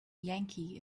yankee